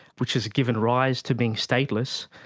which has given rise to being stateless,